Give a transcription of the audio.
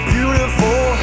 beautiful